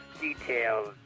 details